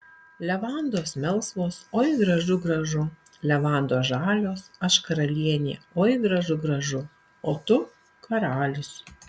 levandos melsvos oi gražu gražu levandos žalios aš karalienė oi gražu gražu o tu karalius